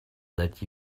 that